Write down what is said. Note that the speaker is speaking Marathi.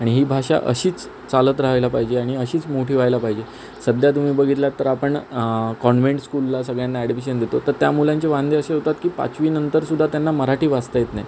आणि ही भाषा अशीच चालत रहायला पाहिजे आणि अशीच मोठी व्हायला पाहिजे सध्या तुम्ही बघितलंत तर आपण कॉनव्हेंट स्कूलला सगळ्यांना ॲडमिशन देतो तर त्या मुलांचे वांदे असे होतात की पाचवीनंतर सुद्धा त्यांना मराठी वाचता येत नाही